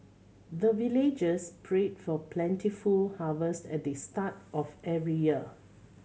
the villagers pray for plentiful harvest at the start of every year